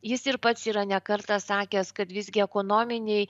jis ir pats yra ne kartą sakęs kad visgi ekonominiai